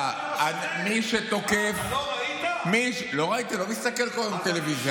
מי שתוקף, לא ראיתי, לא מסתכל כל היום בטלוויזיה.